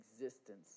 existence